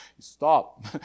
Stop